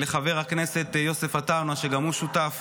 לחבר הכנסת יוסף עטאונה, שגם הוא שותף